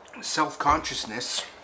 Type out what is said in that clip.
Self-consciousness